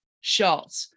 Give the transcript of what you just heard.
shot